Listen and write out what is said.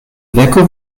veku